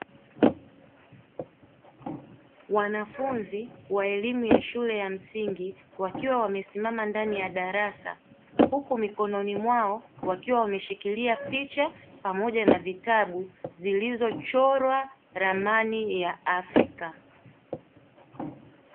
Wanafunzi wa elimu ya shule ya msingi wakiwa mamesima ndani ya darasa, huku mikononi mwao wakiwa wameshikilia picha pamoja na vitabu zilizo chorwa ramani ya afrika.